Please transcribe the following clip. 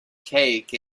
cake